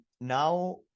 now